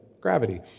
gravity